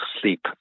sleep